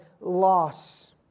loss